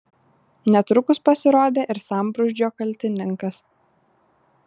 netrukus pasirodė ir sambrūzdžio kaltininkas